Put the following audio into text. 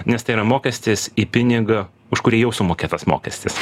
nes tai yra mokestis į pinigą už kurį jau sumokėtas mokestis